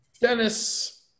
Dennis